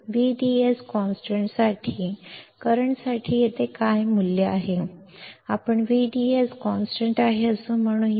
VDS कॉन्स्टंटसाठी करंटसाठी येथे काय मूल्य आहे आपण VDS स्थिर आहे असे म्हणूया